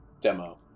demo